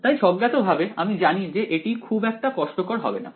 তাই স্বজ্ঞাতভাবে আমি জানি যে এটি খুব একটা কষ্টকর হবে না